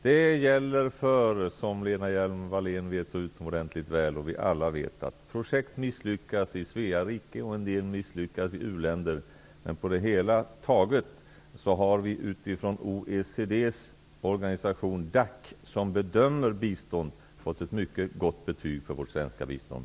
Som Lena Hjelm-Wallén och vi andra vet så utomordentligt väl så misslyckas en del projekt i Svea rike och en del i u-länder. Men på det hela taget har vi utifrån OECD:s organisation DAC, som bedömer bistånd, fått ett mycket gott betyg för vårt svenska bistånd.